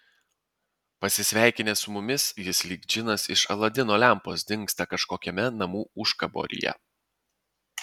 pasisveikinęs su mumis jis lyg džinas iš aladino lempos dingsta kažkokiame namų užkaboryje